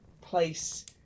place